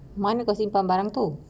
mana kau simpan barang tu